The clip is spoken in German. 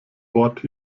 wort